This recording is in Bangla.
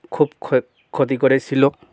খুব ক্ষতি করেছিলো